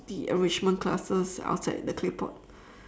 the enrichment classes outside the claypot